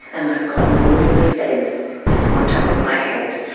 and i've got a maroon fez on top of my head.